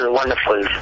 wonderful